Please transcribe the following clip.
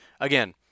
again